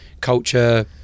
culture